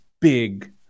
big